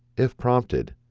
if prompted,